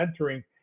mentoring